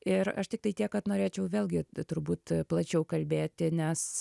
ir aš tiktai tiek kad norėčiau vėlgi turbūt plačiau kalbėti nes